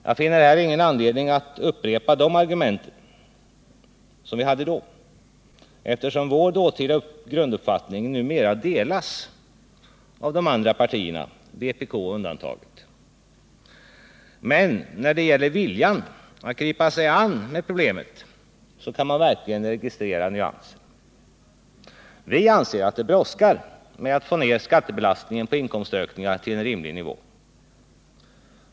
Jag finner här ingen anledning att upprepa de argument vi hade då, eftersom vår dåtida grunduppfattning numera delas av de andra partierna — vpk undantaget. Men när det gäller viljan att gripa sig an problemet kan man verkligen registrera nyanser. Vi anser att det brådskar att få ned skattebelastningen på inkomstökningar till en rimlig nivå.